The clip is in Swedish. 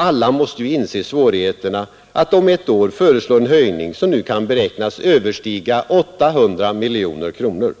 Alla Oo EG é a Sä nsdagen den måste ju inse svårigheterna att om ett år föreslå en höjning som nu kan 25 april 1973 beräknas överstiga 800 miljoner kronor.